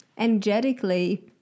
energetically